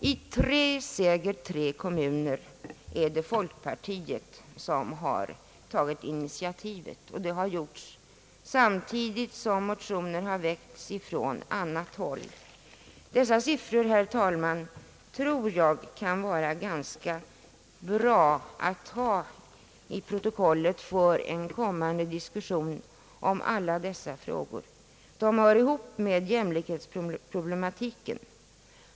I tre, säger tre, kommuner är det folkpartiet som tagit initiativet; och det har gjorts samtidigt som motioner väckts från annat håll. Dessa siffror, herr talman, tror jag att det kan vara ganska bra att ha i protokollet för en kommande diskussion om alla sådana här frågor. De hör ihop med jämlikhetsproblematiken.